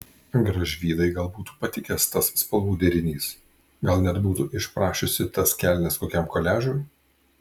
gražvydai gal būtų patikęs tas spalvų derinys gal net būtų išprašiusi tas kelnes kokiam koliažui